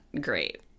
great